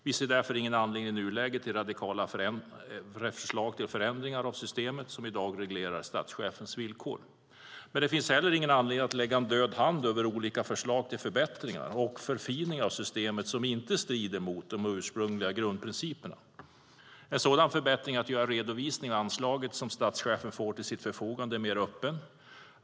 Vi ser därför ingen anledning att i nuläget lägga fram förslag till radikala förändringar av systemet som i dag reglerar statschefens villkor. Det finns heller ingen anledning att lägga en död hand över olika förslag till förbättringar och förfiningar av systemet som inte strider mot de ursprungliga grundprinciperna. En sådan förbättring är att göra redovisningen av anslaget som statschefen får till sitt förfogande mer öppen.